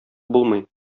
булмый